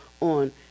on